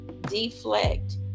deflect